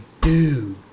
dude